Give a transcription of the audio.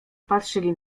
patrzyli